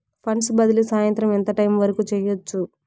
funds బదిలీ సాయంత్రం ఎంత టైము వరకు చేయొచ్చు